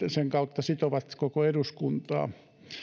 sen kautta sitovat koko eduskuntaa